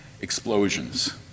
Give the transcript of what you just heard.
explosions